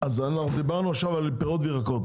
אז דיברנו עכשיו על פירות וירקות,